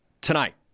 tonight